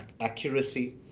accuracy